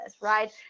right